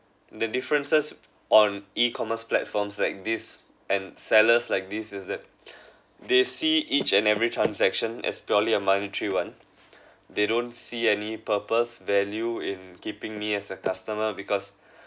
the differences on e-commerce platforms like this and sellers like this is that they see each and every transaction as purely a monetary one they don't see any purpose value in keeping me as a customer because